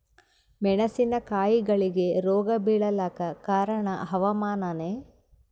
ಮೆಣಸಿನ ಕಾಯಿಗಳಿಗಿ ರೋಗ ಬಿಳಲಾಕ ಕಾರಣ ಹವಾಮಾನನೇ?